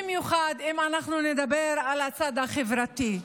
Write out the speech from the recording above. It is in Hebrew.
במיוחד אם נדבר על הצד החברתי.